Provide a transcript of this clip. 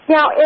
Now